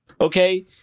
Okay